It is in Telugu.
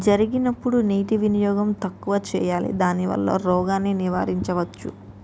జరిగినప్పుడు నీటి వినియోగం తక్కువ చేయాలి దానివల్ల రోగాన్ని నివారించవచ్చా?